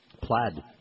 Plaid